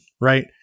right